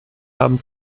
haben